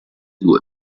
due